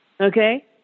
okay